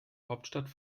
hauptstadt